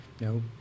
no